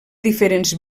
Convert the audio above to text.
diferents